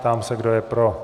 Ptám se, kdo je pro.